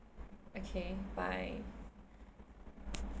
okay bye